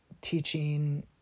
teaching